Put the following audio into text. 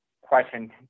question